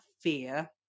fear